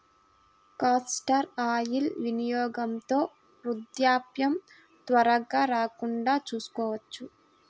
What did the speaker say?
castor oil వినియోగంతో వృద్ధాప్యం త్వరగా రాకుండా చూసుకోవచ్చు